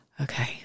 okay